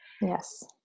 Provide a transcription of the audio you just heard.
Yes